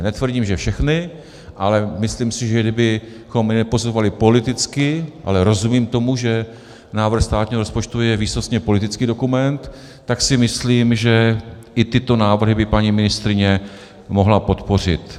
Netvrdím, že všechny, ale myslím si, že kdybychom je neposuzovali politicky, ale rozumím tomu, že návrh státního rozpočtu je výsostně politický dokument, tak si myslím, že tyto návrhy by paní ministryně mohla podpořit.